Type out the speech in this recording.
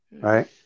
Right